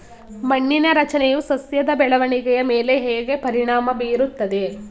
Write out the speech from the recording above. ಮಣ್ಣಿನ ರಚನೆಯು ಸಸ್ಯದ ಬೆಳವಣಿಗೆಯ ಮೇಲೆ ಹೇಗೆ ಪರಿಣಾಮ ಬೀರುತ್ತದೆ?